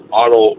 auto